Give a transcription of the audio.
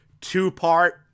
Two-part